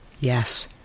yes